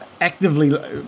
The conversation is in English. actively